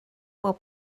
will